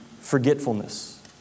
forgetfulness